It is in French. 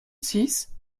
six